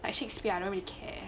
like shakespeare I don't really care